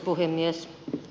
puhemies